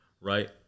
right